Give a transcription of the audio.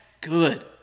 good